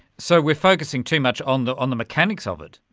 so we're focusing too much on the on the mechanics of it?